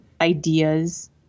ideas